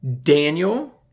Daniel